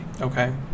Okay